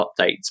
updates